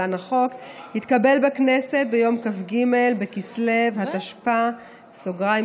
התקבל בכנסת ביום כ"ג בכסלו התשפ"א,